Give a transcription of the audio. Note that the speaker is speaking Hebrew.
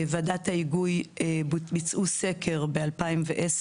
ועדת ההיגוי ביצעו סקר ב-2010,